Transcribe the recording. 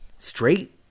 Straight